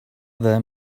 them